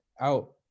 out